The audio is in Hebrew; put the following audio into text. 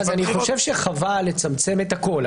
אני חושב שחבל לצמצם את הכול,